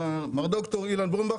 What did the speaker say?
ד"ר אילן בומבך